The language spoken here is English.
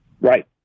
Right